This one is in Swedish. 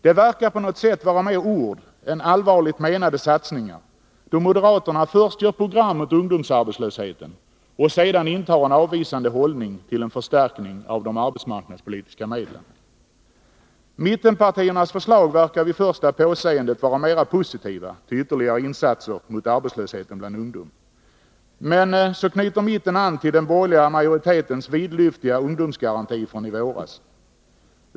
Det verkar på något sätt vara mera ord än allvarligt menade satsningar då moderaterna först gör program mot ungdomsarbetslösheten och sedan intar en avvisande hållning till en förstärkning av de arbetsmarknadspolitiska medlen. Mittenpartiernas förslag verkar vid första påseendet vara mera positiva till ytterligare insatser mot arbetslösheten bland ungdomen. Men mitten knyter så an till den borgerliga majoritetens vidlyftiga ungdomsgaranti från i våras.